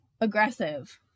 aggressive